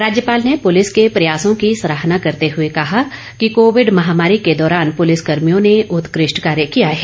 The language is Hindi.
राज्यपाल ने पुलिस के प्रयासों की सराहना करते हुए कहा कि कोविड महामारी के दौरान पुलिस कर्मियों ने उत्कृष्ट कार्य किया है